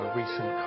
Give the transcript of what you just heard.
recent